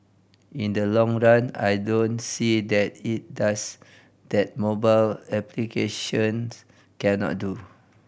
in the long run I don't see what it does that mobile applications cannot do